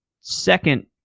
second